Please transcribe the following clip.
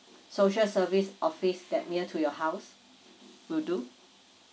social service office that near to your house to do